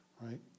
right